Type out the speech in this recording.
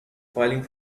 filing